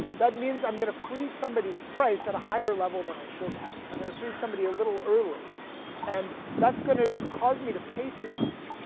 that means i'm going to freeze somebody's price at a higher level than i should have. i'm going to freeze somebody a little early and that's going to cause me to pay too much,